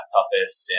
Toughest